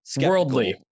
worldly